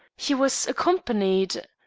he was accompanied